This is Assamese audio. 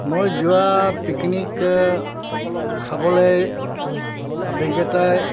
মই যোৱা পিকনিক খাবলৈ